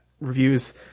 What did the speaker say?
reviews